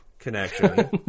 connection